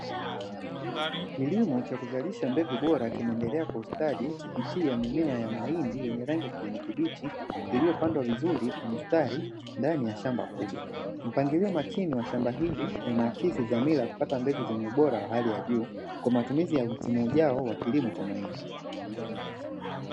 Kilimo cha kuzalisha mbegu bora kinaendelea kustadi kupitia zao la mahindi yenye rangi ya kijani kibichi iliyopandwa vizuri kwa mistari ndani ya shamba kubwa. Mpangilio makini wa shamba hili unaakisi dhamira ya kupata mbegu zenye ubora wa hali ya juu, kwa matumizi ya msimu ujao wa kilimo cha mahindi.